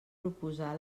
proposar